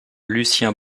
lucien